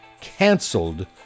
canceled